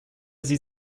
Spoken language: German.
sie